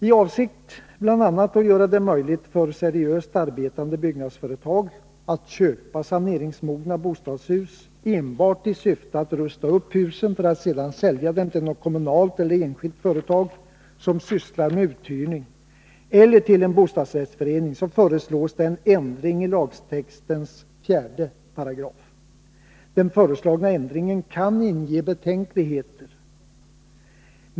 I avsikt bl.a. att göra det möjligt för seriöst arbetande byggnadsföretag att köpa saneringsmogna bostadshus enbart i syfte att rusta upp husen för att sedan sälja dem till något kommunalt eller enskilt företag, som sysslar med uthyrning, eller till en bostadsrättsförening föreslås en ändring i lagtextens 4 §. Den föreslagna ändringen kan inge betänkligheter.